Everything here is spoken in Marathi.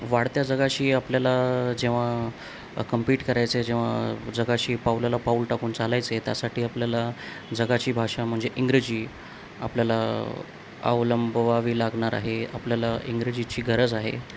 वाढत्या जगाशी आपल्याला जेव्हा कंपिट करायचे आहे जेव्हा जगाशी पाऊलाला पाऊल टाकून चालायचे आहे त्यासाठी आपल्याला जगाची भाषा म्हणजे इंग्रजी आपल्याला अवलंबवावी लागणार आहे आपल्याला इंग्रजीची गरज आहे